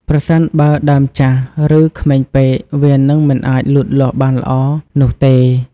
ប្រសិនបើដើមចាស់ ឬក្មេងពេក វានឹងមិនអាចលូតលាស់បានល្អនោះទេ។